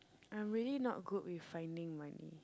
I'm really not good with finding money